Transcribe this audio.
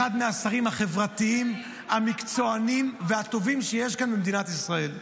אחד מהשרים החברתיים המקצוענים והטובים שיש כאן במדינת ישראל.